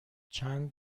چند